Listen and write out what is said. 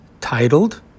titled